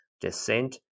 descent